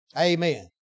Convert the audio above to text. Amen